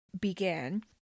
began